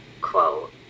quote